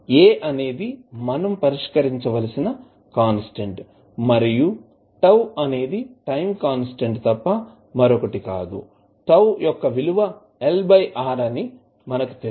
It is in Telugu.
A అనేది మనం పరిష్కరించవలసిన కాన్స్టాంట్ మరియు τ అనేది టైం కాన్స్టాంట్ తప్ప మరొకటి కాదు τ యొక్క విలువ L R అని మనకు తెలుసు